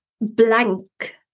blank